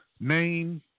name